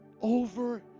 over